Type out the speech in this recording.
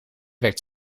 werkt